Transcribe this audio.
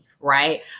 Right